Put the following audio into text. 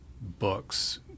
books